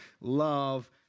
love